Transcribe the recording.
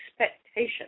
expectation